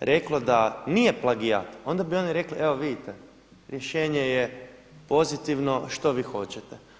reklo da nije plagijat onda bi oni rekli evo vidite rješenje je pozitivno što vi hoćete.